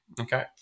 okay